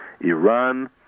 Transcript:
Iran